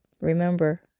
Remember